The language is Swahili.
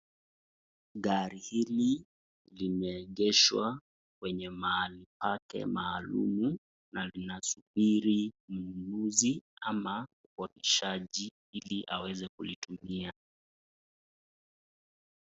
Gari hili limeegeshwa, kwenye mahali pake maalumu na linasubiri mnunuzi au mwakishaji ili aweze kulitumia.